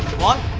one